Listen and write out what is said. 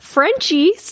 Frenchie